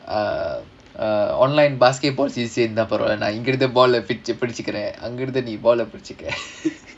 uh uh online basketball is enough சேர்ந்தா பரவால்ல இங்க இருந்து நான் பிடிச்சிக்கிறேன் அங்க இருந்து நீ பிடிச்சிக்க:sernthaa paravaala neenga irunthu naan pidichikkiraen anga irunthu nee pidichikka